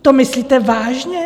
To myslíte vážně?